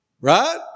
Right